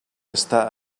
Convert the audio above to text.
està